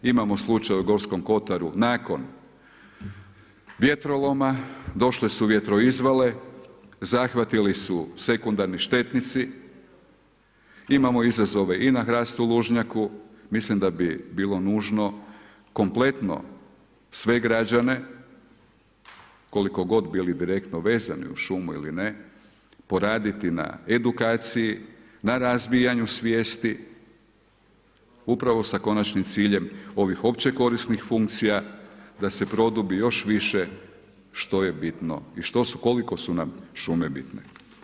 Imamo u slučaj u Gorskom kotaru nakon vjetroloma, došle su vjetro izvale, zahvatili su sekundarni štetnici, imamo izazove i na hrastu lužnjaku, mislim da bi bilo nužno kompletno sve građane koliko god bili direktno vezani uz šumu ili ne poraditi na edukaciji, na razvijanju svijesti upravo sa konačnim ciljem ovih opće korisnih funkcija da se produbi još više što je bitno i koliko su nam šume bitne.